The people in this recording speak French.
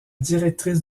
directrice